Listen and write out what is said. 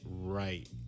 right